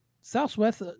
southwest